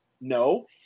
no